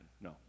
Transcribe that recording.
No